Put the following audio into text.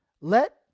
let